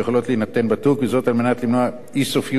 וזאת על מנת למנוע אי-סופיות של הליך הבחינה.